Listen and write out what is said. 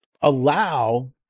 allow